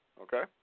Okay